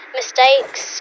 Mistakes